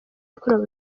yakorewe